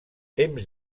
temps